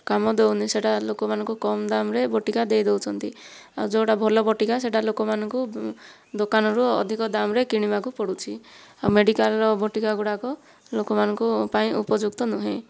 କାମ ଦେଉନାହିଁ ସେଇଟା ଲୋକମାନଙ୍କୁ କମ୍ ଦାମ୍ରେ ବଟିକା ଦେଇଦେଉଛନ୍ତି ଆଉ ଯେଉଁଟା ଭଲ ବଟିକା ସେଇଟା ଲୋକମାନଙ୍କୁ ଦୋକାନରୁ ଅଧିକ ଦାମ୍ରେ କିଣିବାକୁ ପଡ଼ୁଛି ଆଉ ମେଡିକାଲର ବଟିକାଗୁଡ଼ାକ ଲୋକମାନଙ୍କ ପାଇଁ ଉପଯୁକ୍ତ ନୁହେଁ